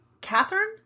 Catherine